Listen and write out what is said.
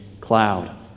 cloud